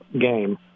game